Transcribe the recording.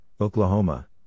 Oklahoma